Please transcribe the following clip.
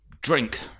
drink